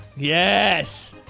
Yes